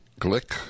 Glick